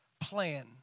plan